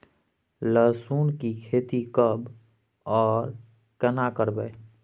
लहसुन की खेती कब आर केना करबै?